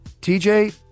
TJ